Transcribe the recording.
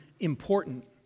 important